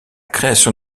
création